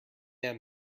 end